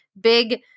big